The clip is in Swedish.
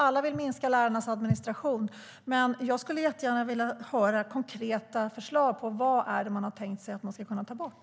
Alla vill minska lärarnas arbete med administrationen, men jag skulle vilja höra konkreta förslag på vad som ska tas bort.